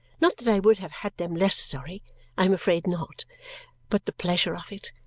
not that i would have had them less sorry i am afraid not but the pleasure of it,